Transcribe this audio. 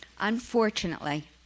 Unfortunately